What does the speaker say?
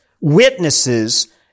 witnesses